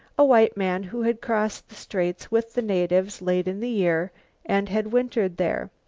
a white man who had crossed the straits with the natives late in the year and had wintered there.